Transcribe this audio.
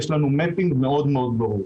יש לנו mapping מאוד ברור.